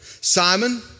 Simon